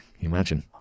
Imagine